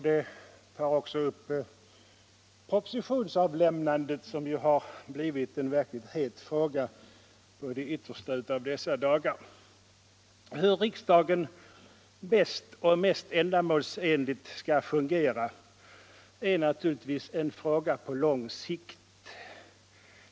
Det tar också upp frågan om propositionsavlämnandet, som blivit en verkligt het fråga de yttersta av dessa dagar. Hur riksdagen bäst och mest ändamålsenligt skall fungera är naturligtvis en fråga på lång sikt.